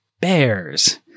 bears